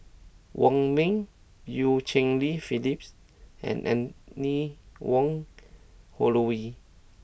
Wong Ming Eu Cheng Li Phyllis and Anne Wong Holloway